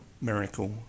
miracle